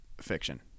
fiction